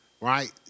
right